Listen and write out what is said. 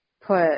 put